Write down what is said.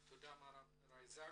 תודה מר אבנר אייזק.